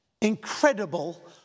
incredible